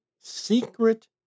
secret